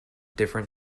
different